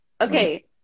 okay